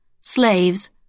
slaves